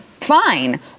fine